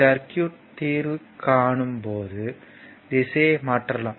சர்க்யூட்க்கு திரிவு காணும் போது திசையை மாற்றலாம்